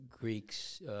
Greeks